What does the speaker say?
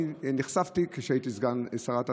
אני נחשפתי לזה כשהייתי סגן שרת התחבורה,